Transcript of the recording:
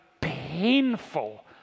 painful